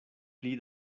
pli